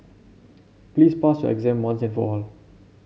please pass your exam once and for all